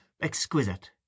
exquisite